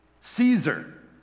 Caesar